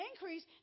increase